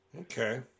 Okay